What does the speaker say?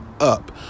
up